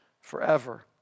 forever